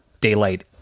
daylight